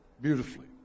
beautifully